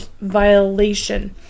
violation